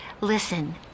Listen